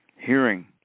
hearing